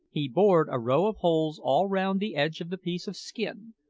he bored a row of holes all round the edge of the piece of skin,